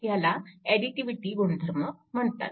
ह्याला ऍडिटिव्हिटी गुणधर्म म्हणतात